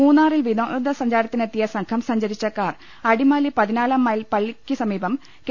മൂന്നാറിൽ വിനോദ സഞ്ചാരത്തിനെത്തി യ സംഘം സഞ്ചരിച്ച കാർ അടിമാലി പതിനാലാം മൈൽ പള്ളി പ ടിക്ക് സമീപം കെ